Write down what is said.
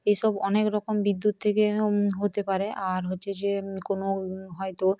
এসব অনেক রকম বিদ্যুৎ থেকে হতে পারে আর হচ্ছে যে কোনো হয়তো